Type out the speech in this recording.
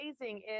amazing